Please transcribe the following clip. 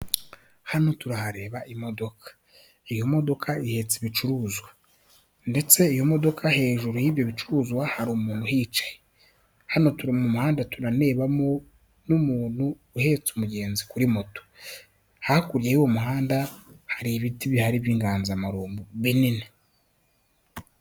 Hano turahareba imodoka. Iyo modoka ihetse ibicuruzwa ndetse iyo modoka hejuru y'ibyo bicuruzwa hari umuntu uhicaye. Hano turi mu muhanda tunarebamo n'umuntu uhetse umugenzi kuri moto. Hakurya y'uwo muhanda hari ibiti bihari by'inganzamarumbu binini.